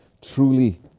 Truly